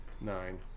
Nine